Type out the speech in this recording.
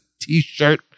T-shirt